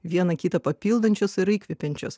viena kitą papildančios ir įkvepiančios